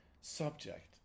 subject